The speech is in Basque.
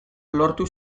lortu